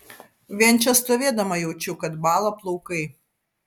vien čia stovėdama jaučiu kad bąla plaukai